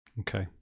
Okay